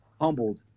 humbled